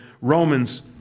Romans